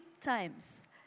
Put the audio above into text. times